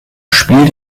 spielt